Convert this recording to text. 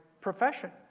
profession